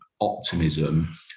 optimism